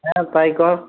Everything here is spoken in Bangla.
হ্যাঁ তাই কর